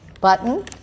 button